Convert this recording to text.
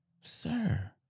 Sir